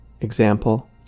Example